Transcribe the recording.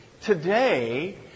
Today